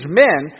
men